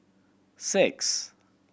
six